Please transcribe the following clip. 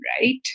right